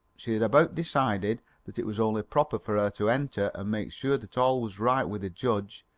she had about decided that it was only proper for her to enter and make sure that all was right with the judge,